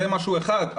זה משהו אחד,